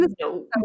no